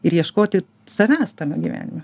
ir ieškoti savęs tame gyvenime